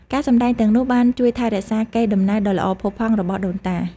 ការសម្តែងទាំងនោះបានជួយថែរក្សាកេរដំណែលដ៏ល្អផូរផង់របស់ដូនតា។